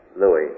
Louis